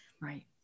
Right